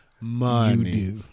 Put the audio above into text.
money